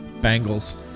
Bangles